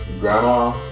grandma